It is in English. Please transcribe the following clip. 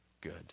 good